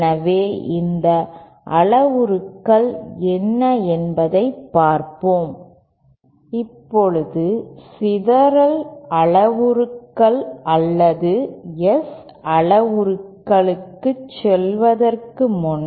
எனவே இந்த அளவுருக்கள் என்ன என்பதைப் பார்ப்போம் இப்போது சிதறல் அளவுருக்கள் அல்லது S அளவுருக்களுக்குச் செல்வதற்கு முன்